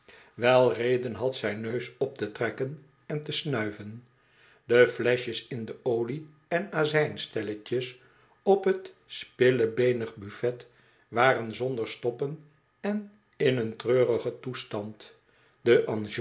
wel reden had zijn neus op te trekken en te snuiven de fleschjes in de olie en azijnstelletjes op t spillebeenig buffet waren zonder stoppen en in een treurigen toestand de